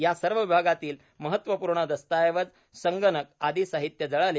या सर्व विभागातील महत्वपूर्ण दस्तावेज संगणक आदी साहित्य जळाले